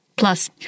Plus